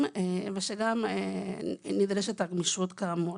ושגם נדרשת הגמישות כאמור.